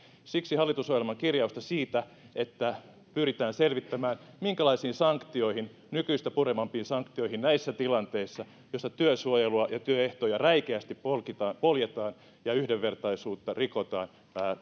siksi hallitusohjelman kirjaukseen siitä että pyritään selvittämään minkälaisiin sanktioihin nykyistä purevampiin sanktioihin näissä tilanteissa joissa työsuojelua ja työehtoja räikeästi poljetaan poljetaan ja yhdenvertaisuutta rikotaan